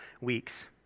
weeks